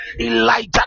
Elijah